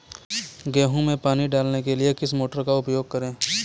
गेहूँ में पानी डालने के लिए किस मोटर का उपयोग करें?